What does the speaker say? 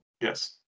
Yes